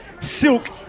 silk